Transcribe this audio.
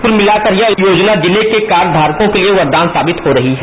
कुल मिलाकर यह योजना जिले के कार्ड धारकों के लिए वरदान साबित हो रहा है